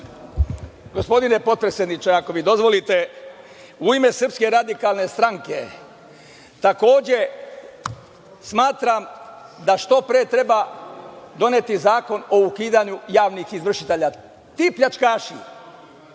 Gospodine potpredsedniče, ako mi dozvolite, u ime SRS, takođe smatram da što pre treba doneti zakon o ukidanju javnih izvršitelja. Ti pljačkaši,